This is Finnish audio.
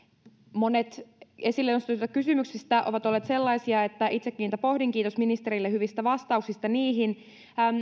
monet esille nostetuista kysymyksistä ovat olleet sellaisia että itsekin niitä pohdin kiitos ministerille hyvistä vastauksista niihin